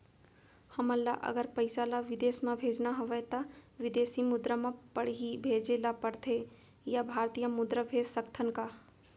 हमन ला अगर पइसा ला विदेश म भेजना हवय त विदेशी मुद्रा म पड़ही भेजे ला पड़थे या भारतीय मुद्रा भेज सकथन का?